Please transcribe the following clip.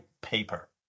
paper